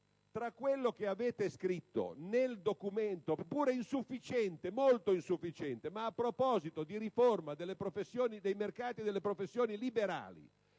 tra quello che avete scritto nel documento, pur molto insufficiente, a proposito di riforma del mercato delle professioni liberali